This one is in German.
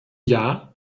jahr